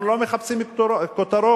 אנחנו לא מחפשים כותרות,